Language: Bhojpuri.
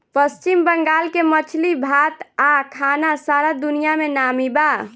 पश्चिम बंगाल के मछली भात आ खाना सारा दुनिया में नामी बा